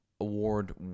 award